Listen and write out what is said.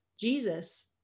Jesus